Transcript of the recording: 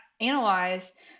analyze